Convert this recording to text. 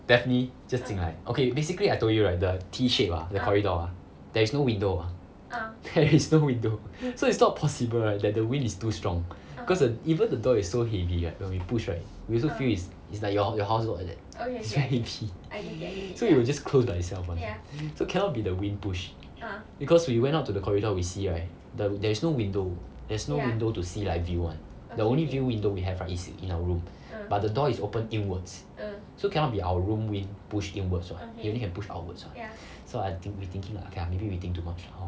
daphne just 进来 okay basically I told you right the T shape ah the corridor ah there is no window ah there is no window so it's not possible right that the wind is too strong cause the even the door is so heavy right when you push right usually is like your your house all that is very heavy so it will just close by itself [one] so cannot be the wind push because we went out to the corridor we see right the there is no window there is no window to see like view [one] the only view window we have is in our room but the door is open inwards so cannot be our room wind push inwards [what] it can only push outwards [what] so I think~ we thinking okay lah maybe we think too much